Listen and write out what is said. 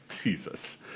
Jesus